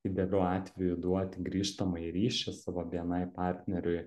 idealiu atveju duoti grįžtamąjį ryšį savo bni partneriui